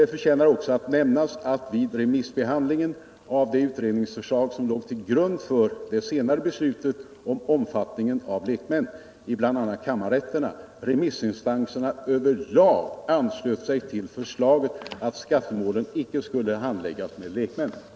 Det förtjänar också nämnas, att vid remissbehandlingen av det utredningsförslag som låg till grund för det senaste beslutet om omfattningen av lekmannainslaget i bl.a. kammarrätterna remissinstanserna över lag anslöt sig till förslaget att skattemålen icke skulle handläggas med medverkan av lekmän.